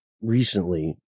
recently